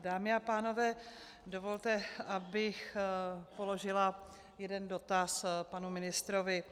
Dámy a pánové, dovolte, abych položila jeden dotaz panu ministrovi.